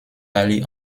allés